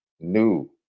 new